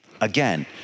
again